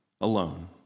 alone